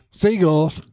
seagulls